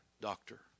doctor